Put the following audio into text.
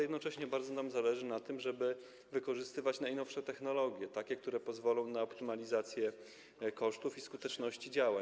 Jednocześnie bardzo nam zależy na tym, żeby wykorzystywać najnowsze technologie, które pozwolą na optymalizację kosztów i skuteczność działań.